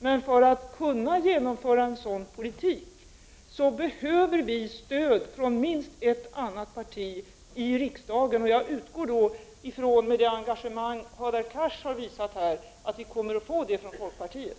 Men för att kunna genomföra en sådan politik behöver vi stöd från minst ett annat parti i riksdagen. Jag utgår från att med det engagemang som Hadar Cars har visat här får vi det stödet från folkpartiet.